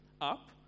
up